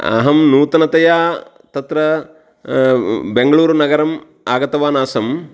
अहं नूतनतया तत्र बेङ्गलूरुनगरम् आगतवान् आसं